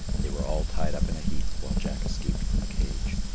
and they were all tied up in a heap, while jack escaped from the cage.